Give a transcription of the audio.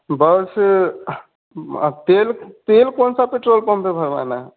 बस तेल तेल कौनसा पेट्रोल पम्प पर भरवाना है